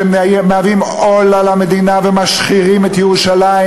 שמהווים עול על המדינה ומשחירים את ירושלים